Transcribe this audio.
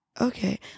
okay